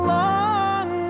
long